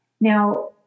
now